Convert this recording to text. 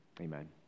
Amen